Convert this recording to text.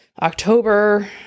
October